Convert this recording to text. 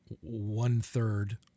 one-third